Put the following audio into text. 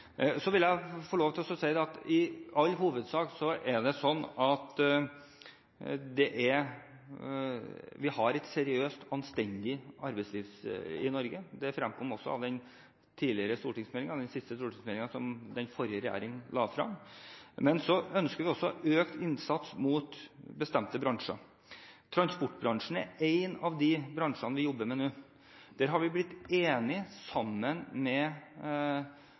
Så vil jeg få lov til å si at det i all hovedsak er sånn at vi har et seriøst, anstendig arbeidsliv i Norge. Det fremkom også av den siste stortingsmeldingen som den forrige regjeringen la frem. Men så ønsker vi også økt innsats mot bestemte bransjer. Transportbransjen er en av de bransjene vi jobber med nå. Der har vi nå sammen med